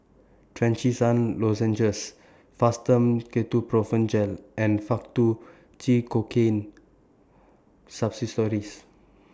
Trachisan Lozenges Fastum Ketoprofen Gel and Faktu Cinchocaine Suppositories